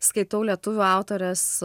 skaitau lietuvių autorės